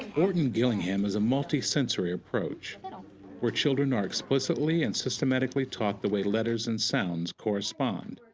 orton-gillingham is a multi-sensory approach and um where children are explicitly and systematically taught the way letters and sounds correspond.